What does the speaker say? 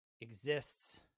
exists